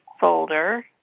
folder